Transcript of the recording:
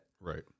Right